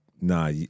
nah